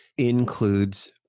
Includes